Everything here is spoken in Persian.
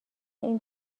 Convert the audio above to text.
این